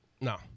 No